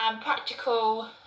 practical